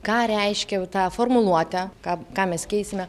ką reiškia jau ta formuluotė ką kąmes keisime